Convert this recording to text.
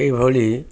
ଏହିଭଳି